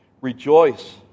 rejoice